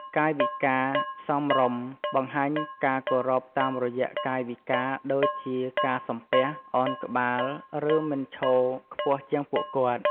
កាយវិការសមរម្យ បង្ហាញការគោរពតាមរយៈកាយវិការ ដូចជាការសំពះ ឱនក្បាល ឬមិនឈរខ្ពស់ជាងពួកគាត់។